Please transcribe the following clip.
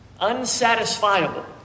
unsatisfiable